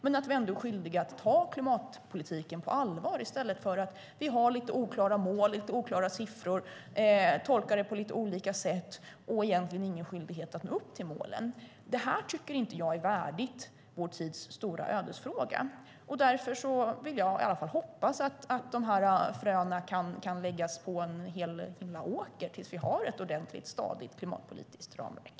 Men vi är då ändå skyldiga att ta klimatpolitiken på allvar i stället för att ha lite oklara mål och lite oklara siffror som vi tolkar på lite olika sätt. Och det finns egentligen ingen skyldighet att nå upp till målen. Det här tycker inte jag är värdigt vår tids stora ödesfråga. Därför vill jag i alla fall hoppas att de här fröna kan läggas på en hel åker tills vi har ett ordentligt och stadigt klimatpolitiskt ramverk.